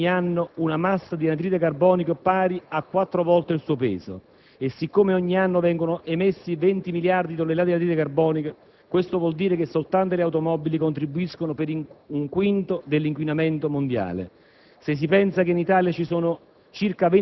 ogni automobile in circolazione emette ogni anno una massa di anidride carbonica pari a 4 volte il suo peso. Siccome ogni anno vengono emessi 20 miliardi di tonnellate di anidride carbonica, questo vuol dire che soltanto le automobili contribuiscono per un quinto all'inquinamento mondiale.